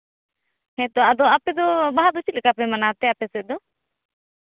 ᱦᱮᱸ ᱛᱚ ᱟᱫᱚ ᱟᱯᱮ ᱫᱚ ᱵᱟᱦᱟ ᱫᱚ ᱪᱮᱫ ᱞᱮᱠᱟᱯᱮ ᱢᱟᱱᱟᱣ ᱛᱮ ᱟᱯᱮ ᱥᱮᱫ ᱫᱚ